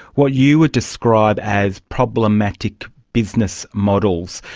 what you would describe as problematic business models.